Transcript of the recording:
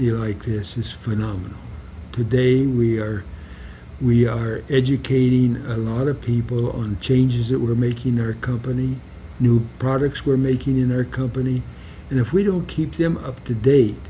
company like this is phenomenal today we are we are educating a lot of people on changes that were making their company new products were making in our company and if we don't keep them up to date